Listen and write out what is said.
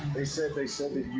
they said, they said,